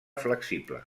flexible